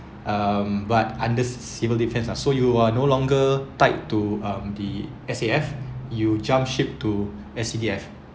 um but under civil defence ah so you are no longer tied to um the S_A_F you jump ship to S_C_D_F